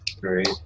Great